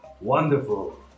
wonderful